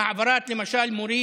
למשל העברת מורים,